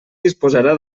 disposarà